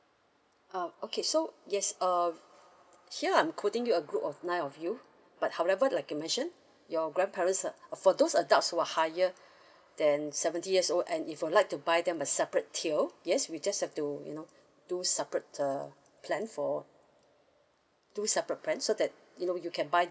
um okay so yes err here I'm quoting you a group of nine of you but however like you mentioned your grandparents are for those adults who are higher than seventy years old and if you'll like to buy them a separate tier yes we just have to you know do separate uh plan for do separate plan so that you know you can buy